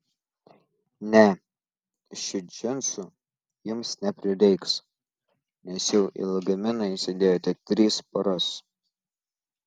ne šių džinsų jums neprireiks nes jau į lagaminą įsidėjote tris poras